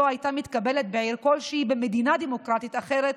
הייתה מתקבלת בעיר כלשהי במדינה דמוקרטית אחרת,